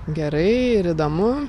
gerai ir įdomu